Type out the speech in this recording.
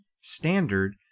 standard